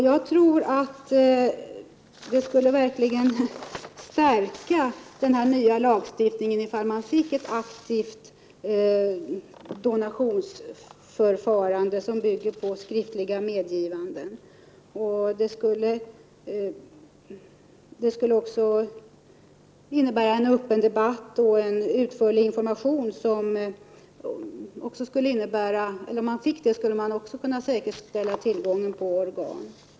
Jag tror att det verkligen skulle stärka den nya lagstiftningen om man fick ett aktivt donationsförfarande, som bygger på skriftliga medgivanden. Om man fick en öppen debatt och en utförlig information skulle man också kunna säkerställa tillgången på organ.